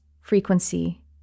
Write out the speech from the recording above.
frequency